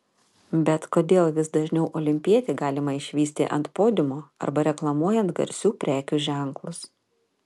bet kodėl vis dažniau olimpietį galima išvysti ant podiumo arba reklamuojant garsius prekių ženklus